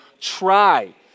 Try